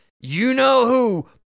you-know-who